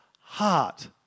heart